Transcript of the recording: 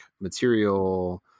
material